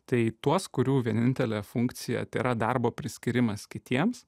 tai tuos kurių vienintelė funkcija tėra darbo priskyrimas kitiems